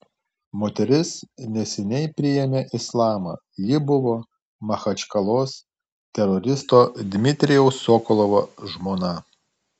moteris neseniai priėmė islamą ji buvo machačkalos teroristo dmitrijaus sokolovo žmona